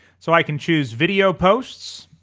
so i can choose video posts,